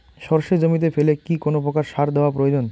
সর্ষে জমিতে ফেলে কি কোন প্রকার সার দেওয়া প্রয়োজন?